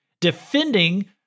defending